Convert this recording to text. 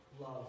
love